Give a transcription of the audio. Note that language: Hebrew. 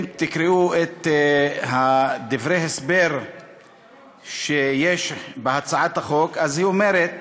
אם תקראו את דברי ההסבר להצעת החוק, היא אומרת: